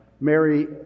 Mary